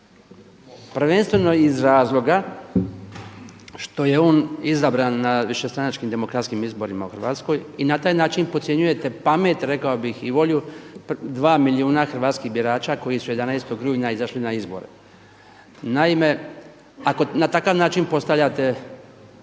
prvenstveno iz razloga što je on izabran na višestranačkim demokratskim izborima u Hrvatskoj i na taj način podcjenjujete pamet, rekao bih i volju dva milijuna hrvatskih birača koji su 11. rujna izašli na izbore. Ako na takav način postavljate